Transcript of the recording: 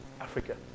Africa